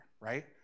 right